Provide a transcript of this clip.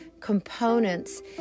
components